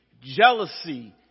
jealousy